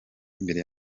imbere